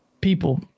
people